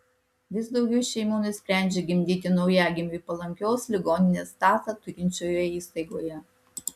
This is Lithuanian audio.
vis daugiau šeimų nusprendžia gimdyti naujagimiui palankios ligoninės statusą turinčioje įstaigoje